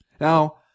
Now